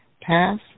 Pass